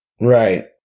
Right